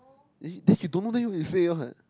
eh then you don't know then you say what